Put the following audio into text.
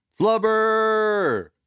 Flubber